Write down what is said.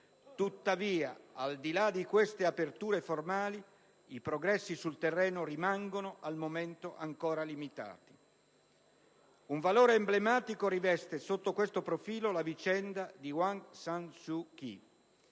Tuttavia, al di là di queste aperture formali, i progressi sul terreno rimangono al momento ancora limitati. Un valore emblematico riveste sotto questo profilo la vicenda di Aung San Suu Kyi.